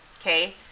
Okay